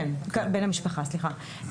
בן המשפחה, סליחה.